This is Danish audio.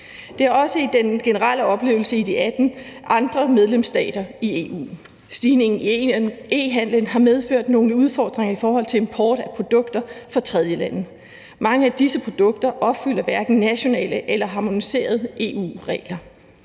Det er også den generelle oplevelse i de 26 andre medlemsstater i EU. Stigningen i grænsehandelen har medført nogle udfordringer med import af produkter fra tredjelande. Mange af disse produkter opfylder hverken nationale eller harmoniserede EU-regler.